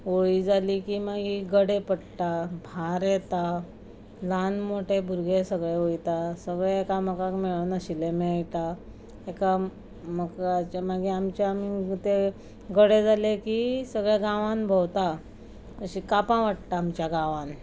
होळी जाली की मागी गडे पडटा भार येता ल्हान मोठे भुरगे सगळे वयता सगळे एकामेकाक मेळनाशिल्लें मेळटा एकामेकाचे मागीर आमी ते गडे जाले की सगल्या गांवांन भोंवता अशीं कापां वाडटा आमच्या गांवांन